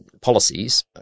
policies